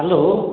hello